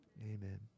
Amen